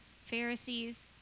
Pharisees